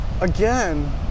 Again